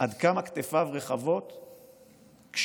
עד כמה כתפיו רחבות כשהקל,